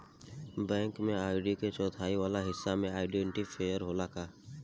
Bank में ID के चौथाई वाला हिस्सा में आइडेंटिफैएर होला का?